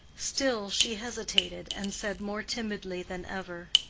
still she hesitated, and said more timidly than ever,